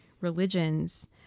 religions